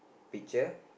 picture